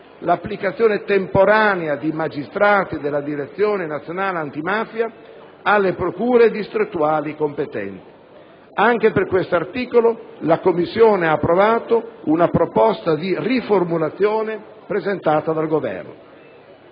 l'applicazione temporanea di magistrati della Direzione nazionale antimafia alle procure distrettuali competenti. Anche per questo articolo, la Commissione ha approvato una proposta di riformulazione presentata dal Governo.